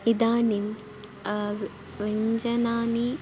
इदानीं व् व्यञ्जनानि